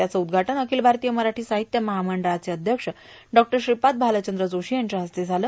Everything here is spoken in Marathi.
त्याचं उद्घाटन अखिल भारतीय मराठी साहित्य महामंडळाचे अध्यक्ष डॉ श्रीपाद भालचंद्र जोशी यांच्या हस्ते झालं